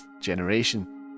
generation